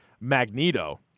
Magneto